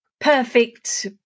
perfect